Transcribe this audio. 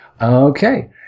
Okay